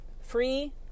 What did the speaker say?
free